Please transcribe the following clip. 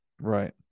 Right